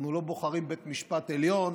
אנחנו לא בוחרים בית משפט עליון